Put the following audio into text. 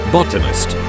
Botanist